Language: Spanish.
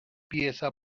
pieza